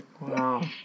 Wow